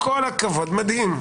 כל הכבוד, מדהים.